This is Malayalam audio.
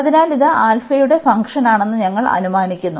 അതിനാൽ ഇത് യുടെ ഒരു ഫംഗ്ഷനാണെന്ന് ഞങ്ങൾ അനുമാനിക്കുന്നു